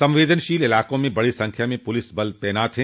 संवेदनशील इलाकों में बड़ी संख्या में पुलिस बल तैनात हैं